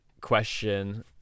question